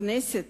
הכנסת